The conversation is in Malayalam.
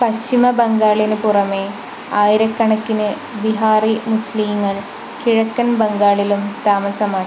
പശ്ചിമ ബംഗാളിന് പുറമെ ആയിരക്കണക്കിന് ബിഹാറി മുസ്ലീങ്ങൾ കിഴക്കൻ ബംഗാളിലും താമസമാക്കി